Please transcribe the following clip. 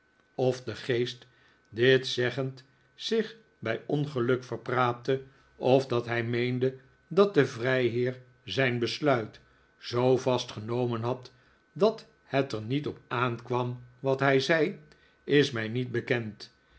of de geest dit zeggend zich bij ongeluk verpraatte of dat hij meende dat de vrijheer zijn besluit zoo vast genomen had dat het er niet op aankwam wat hij zei is mij niet bekend